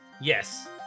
Yes